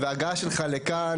וההגעה שלך לכאן,